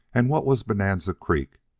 and what was bonanza creek?